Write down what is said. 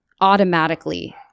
automatically